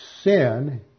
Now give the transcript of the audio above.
sin